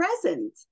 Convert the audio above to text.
present